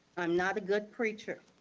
i'm not a good preacher.